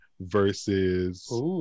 versus